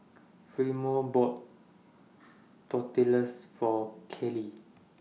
Fremont bought Tortillas For Kelly